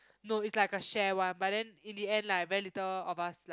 no it's like a share one but then in the end like very little of us like